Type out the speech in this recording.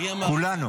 כולנו.